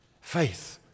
Faith